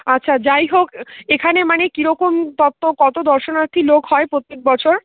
আচ্ছা যাই হোক এখানে মানে কীরকম তথ্য কত দর্শনার্থী লোক হয় প্রত্যেক বছর